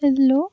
hello